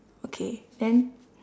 okay then